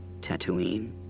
Tatooine